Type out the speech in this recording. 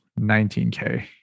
19K